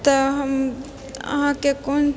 तऽ हम अहाँके कोन